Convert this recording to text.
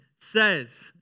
says